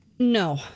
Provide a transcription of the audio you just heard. No